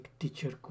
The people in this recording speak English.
teacher